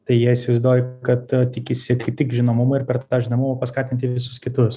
tai jie įsivaizduoju kad tikisi kaip tik žinomumo ir per tą žinomumą paskatinti visus kitus